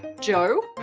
joe?